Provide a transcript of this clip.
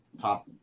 Top